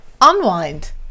unwind